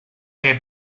que